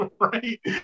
Right